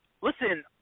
Listen